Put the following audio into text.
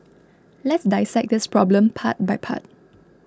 let's dissect this problem part by part